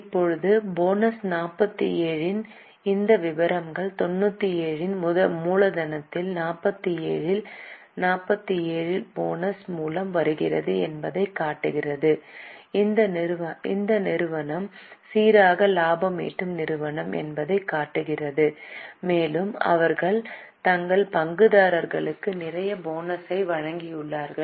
இப்போது போனஸ் 47 இன் இந்த விவரங்கள் 97 இன் மூலதனத்தில் 47 ல் 47 போனஸ் மூலம் வருகிறது என்பதைக் காட்டுகிறது இது நிறுவனம் சீராக லாபம் ஈட்டும் நிறுவனம் என்பதைக் காட்டுகிறது மேலும் அவர்கள் தங்கள் பங்குதாரர்களுக்கு நிறைய போனஸை வழங்கியுள்ளனர்